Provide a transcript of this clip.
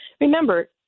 Remember